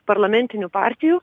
parlamentinių partijų